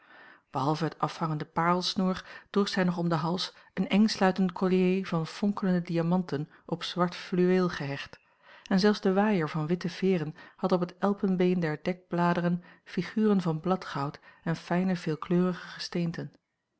behalve het afhangende paarlsnoer droeg zij nog om den hals een eng sluitenden collier van fonkelende diamanten op zwart fluweel gehecht en zelfs de waaier van witte veeren had op het elpenbeen der dekbladeren figuren van bladgoud en fijne veelkleurige gesteenten